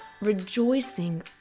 Rejoicing